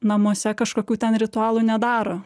namuose kažkokių ten ritualų nedaro